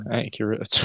accurate